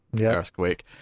Earthquake